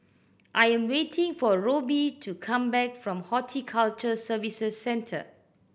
I am waiting for Robbie to come back from Horticulture Services Centre